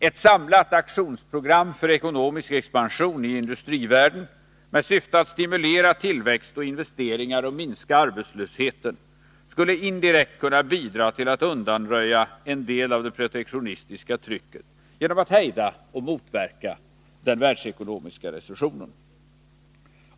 Ett samlat aktionsprogram för ekonomisk expansion i industrivärlden med syfte att stimulera tillväxt och investeringar och minska arbetslösheten skulle indirekt kunna bidra till att undanröja en del av det protektionistiska trycket genom att hejda och motverka den världsekonomiska recessionen.